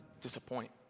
disappoint